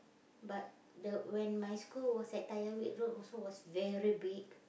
but the when my school was at Tyrwhitt-Road also was very big